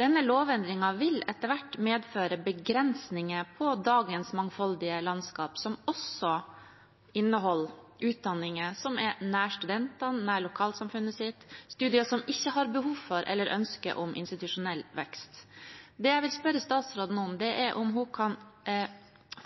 Denne lovendringen vil etter hvert medføre begrensninger i dagens mangfoldige landskap, som også inneholder utdanninger som er nær studentene, nær lokalsamfunnet sitt, studier som ikke har behov for eller ønske om institusjonell vekst. Det jeg vil spørre statsråden om, er om hun kan